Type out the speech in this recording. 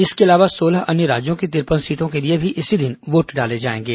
इसके अलावा सोलह अन्य राज्यों की तिरपन सीटों के लिए भी इसी दिन वोट डाले जाएंगे